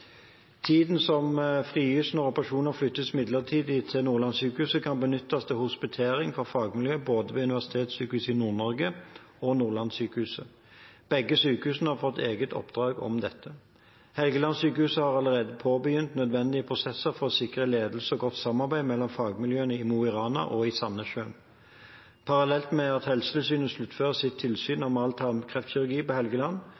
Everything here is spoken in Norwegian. Tiden som frigis når operasjoner flyttes midlertidig til Nordlandssykehuset, kan benyttes til hospitering for fagmiljøet ved både Universitetssykehuset i Nord-Norge og Nordlandssykehuset. Begge sykehusene har fått et eget oppdrag om dette. Helgelandssykehuset har allerede påbegynt nødvendige prosesser for å sikre ledelse og godt samarbeid mellom fagmiljøene i Mo i Rana og i Sandnessjøen. Parallelt med at Helsetilsynet sluttfører sitt tilsyn med tarmkreftkirurgi på Helgeland,